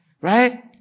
right